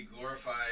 glorified